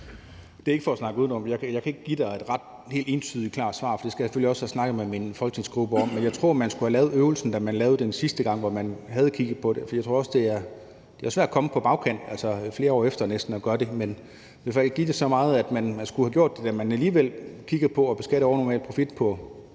Det er ikke for at snakke udenom, men jeg kan ikke give dig et helt entydigt klart svar, for det skal jeg selvfølgelig også have snakket med min folketingsgruppe om. Men jeg tror, at man skulle have lavet øvelsen, sidste gang man kiggede på det, for jeg tror også, det er svært at komme og gøre det på bagkant, altså næsten flere år efter. Men jeg vil i hvert fald medgive, at man skulle have gjort det, da man alligevel kiggede på at beskatte overnormal profit på